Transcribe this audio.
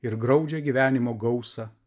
ir graudžią gyvenimo gausą